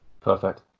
Perfect